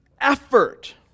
effort